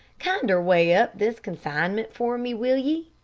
kinder weigh up this consignment for me, will ye?